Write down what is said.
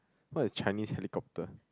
what is Chinese helicopter